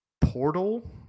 Portal